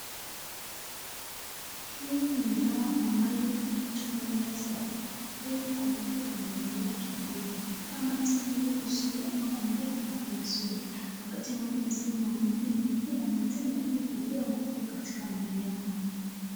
Hii ni dawa ambayo mtu umeza ili kumpea mwili yake nguvu, ama tena ili kuzuiza ama kumpea afya nzuri wakati ambapo anaskia maumivu. Anaikula na tena ili ikupee nguvu katika mwili yako.